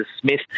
Smith